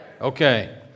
Okay